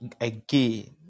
again